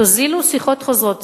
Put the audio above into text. תוזילו שיחות חוזרות,